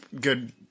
good